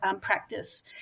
practice